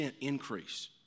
increase